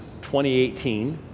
2018